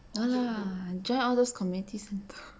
no lah join all those community centre